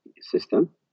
system